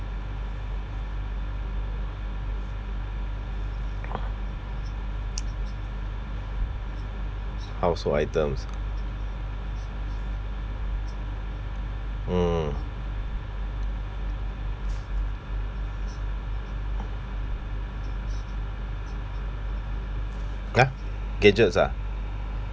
household items mm !huh! gadgets uh